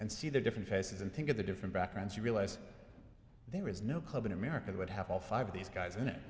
and see the different faces and think of the different backgrounds you realise there is no club an american would have all five of these guys in it